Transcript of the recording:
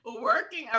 Working